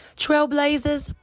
trailblazers